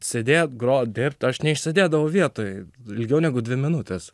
sėdėti groti dirbti aš neišsėdėdavau vietoj ilgiau negu dvi minutes